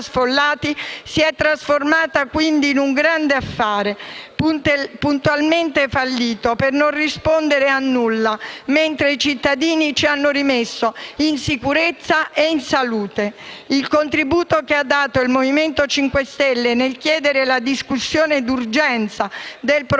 si è trasformata, quindi, in un grande affare per le imprese mafiose, puntualmente fallite per non rispondere di nulla, mentre i cittadini ci hanno rimesso in sicurezza e salute. Il contributo che ha dato il Movimento 5 Stelle nel chiedere la discussione d'urgenza del provvedimento